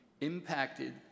impacted